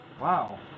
Wow